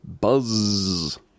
Buzz